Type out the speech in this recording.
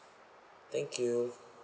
thank you